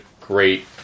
great